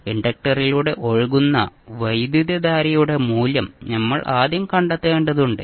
ഇൻഡക്റ്ററിലൂടെ ഒഴുകുന്ന വൈദ്യുതധാരയുടെ മൂല്യം നമ്മൾ ആദ്യം കണ്ടെത്തേണ്ടതുണ്ട്